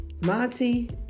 Monty